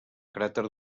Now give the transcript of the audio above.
cràter